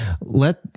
let